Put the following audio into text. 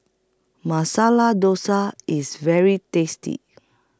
Masala Dosa IS very tasty